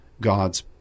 God's